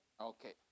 Okay